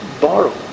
borrow